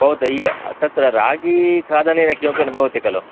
भवतु इय् तत्र रागीखादनेन किमपि न भवति खलु